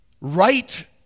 right